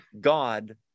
god